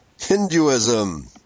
Hinduism